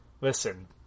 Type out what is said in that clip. listen